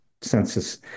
census